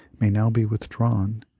may now be withdrawn,